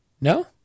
No